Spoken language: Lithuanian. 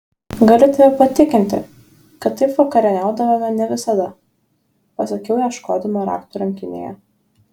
galiu tave patikinti kad taip vakarieniaudavome ne visada pasakiau ieškodama raktų rankinėje